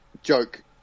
Joke